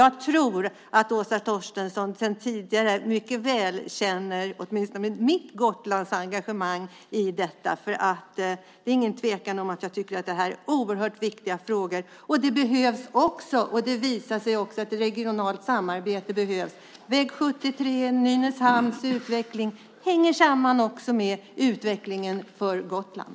Jag tror att Åsa Torstensson mycket väl känner till mitt Gotlandsengagemang sedan tidigare. Det är ingen tvekan om att jag tycker att de här frågorna är oerhört viktiga, och det har också visat sig att ett regionalt samarbete behövs. Väg 73 och Nynäshamns utveckling hänger också samman med utvecklingen för Gotland.